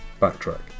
backtrack